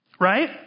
right